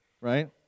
right